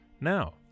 Now